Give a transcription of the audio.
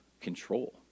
control